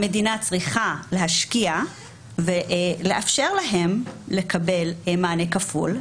המדינה צריכה להשקיע ולאפשר להם לקבל מענה כפול.